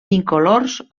incolors